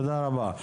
תודה רבה.